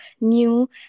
new